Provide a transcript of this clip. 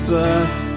birth